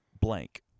blank